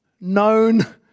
known